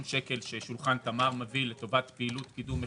שקל ששולחן תמר מביא לטובת פעילות קידום מכירות.